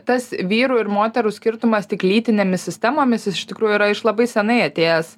tas vyrų ir moterų skirtumas tik lytinėmis sistemomis jis iš tikrųjų yra iš labai senai atėjęs